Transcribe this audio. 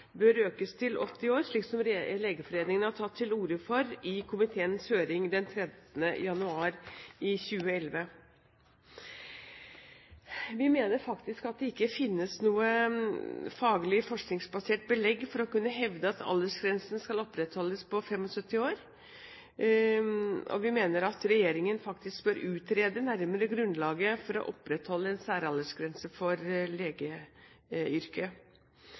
bør økes til 80 år, slik som Legeforeningen tok til orde for i komiteens høring den 13. januar 2011. Vi mener faktisk at det ikke finnes noe faglig forskningsbasert belegg for å kunne hevde at aldersgrensen skal opprettholdes på 75 år. Vi mener at regjeringen bør utrede nærmere grunnlaget for å opprettholde en særaldersgrense for legeyrket.